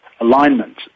alignment